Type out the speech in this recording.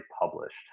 published